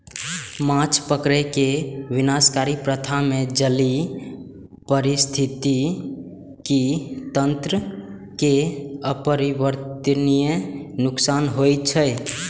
माछ पकड़ै के विनाशकारी प्रथा मे जलीय पारिस्थितिकी तंत्र कें अपरिवर्तनीय नुकसान होइ छै